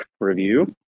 review